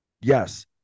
Yes